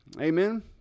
Amen